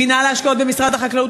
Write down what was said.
מינהל ההשקעות במשרד החקלאות,